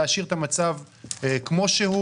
להשאיר את המצב כמו שהוא.